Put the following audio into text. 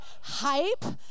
hype